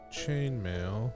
chainmail